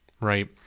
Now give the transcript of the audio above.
Right